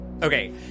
Okay